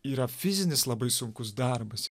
yra fizinis labai sunkus darbas